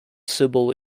sibyl